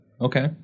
Okay